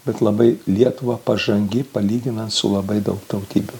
bet labai lietuva pažangi palyginant su labai daug tautybių